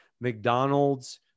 McDonald's